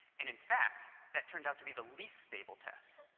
and in fact, that turned out to be the least stable test.